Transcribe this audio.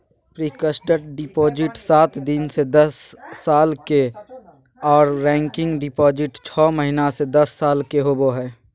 fixed deposit सात दिन से दस साल के आर रेकरिंग डिपॉजिट छौ महीना से दस साल के होबय हय